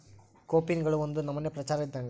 ಕೋಪಿನ್ಗಳು ಒಂದು ನಮನೆ ಪ್ರಚಾರ ಇದ್ದಂಗ